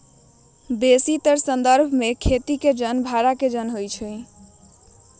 बेशीतर संदर्भ में खेती के जन भड़ा के जन होइ छइ